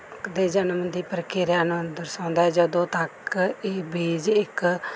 ਦੇ ਜਨਮ ਦੀ ਪ੍ਰਕਿਰਿਆ ਨੂੰ ਦਰਸਾਉਂਦਾ ਹੈ ਜਦੋਂ ਤੱਕ ਇਹ ਬੀਜ ਇੱਕ